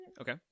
Okay